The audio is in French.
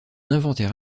inventaire